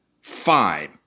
Fine